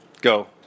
Go